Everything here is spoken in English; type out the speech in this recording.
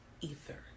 ether